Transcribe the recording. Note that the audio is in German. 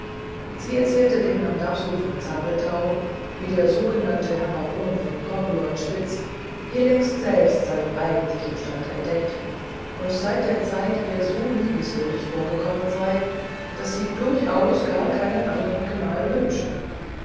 sie erzählte dem herrn dapsul von zabelthau wie der sogenannte herr baron von corduanspitz ihr längst selbst seinen eigentlichen stand entdeckt und seit der zeit ihr so liebenswürdig vorgekommen sei daß sie durchaus gar keinen andern gemahl wünsche